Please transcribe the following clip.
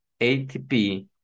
ATP